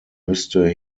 müsste